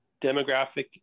demographic